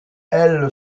elle